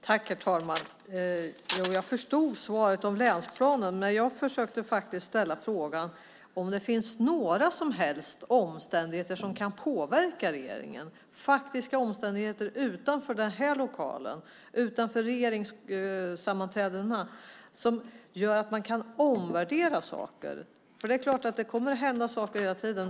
Herr talman! Jag förstod svaret om länsplanen, men jag försökte faktiskt fråga om det finns några som helst faktiska omständigheter utanför denna lokal och utanför regeringssammanträdena som kan påverka regeringen till att omvärdera frågan. Det är klart att det kommer att hända saker hela tiden.